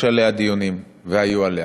יש עליה דיונים, והיו עליה.